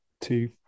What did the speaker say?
two